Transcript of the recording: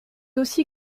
aussi